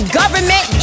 government